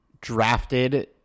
drafted